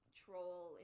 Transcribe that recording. troll